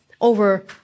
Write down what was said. over